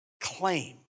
claim